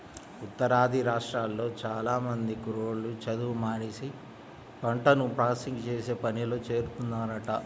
ఉత్తరాది రాష్ట్రాల్లో చానా మంది కుర్రోళ్ళు చదువు మానేసి పంటను ప్రాసెసింగ్ చేసే పనిలో చేరుతున్నారంట